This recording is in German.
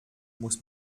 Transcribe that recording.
muss